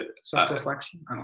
self-reflection